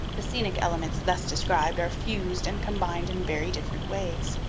the scenic elements thus described are fused and combined in very different ways.